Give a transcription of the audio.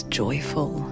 joyful